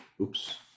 oops